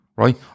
right